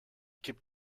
kippt